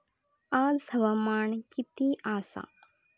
आज हवामान किती आसा?